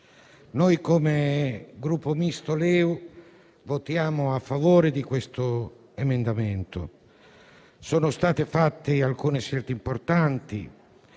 Noi, come Gruppo Misto-LeU-Eco voteremo a favore di questo provvedimento. Sono state fatte alcune scelte importanti: